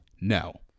Now